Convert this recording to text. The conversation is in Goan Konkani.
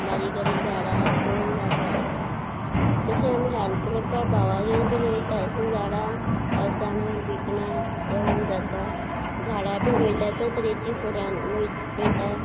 बारीक बारीक झाडां अश करून जाता तशें आमी हॅल्प करपाक भावागेर बी वयता अशीं झाडां अळसांणे बिकणां तेवूय जाता झाडां बी रोयतात त्या तरेचीं फुलां रोयता